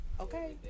Okay